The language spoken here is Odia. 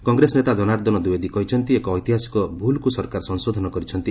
କଂଗ୍ରେସ ନେତା ଜନାର୍ଦ୍ଦନ ଦିୱେଦୀ କହିଛନ୍ତି ଏକ ଐତିହାସିକ ଭୁଲ୍କୁ ସରକାର ସଂଶୋଧନ କରିଛନ୍ତି